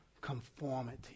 conformity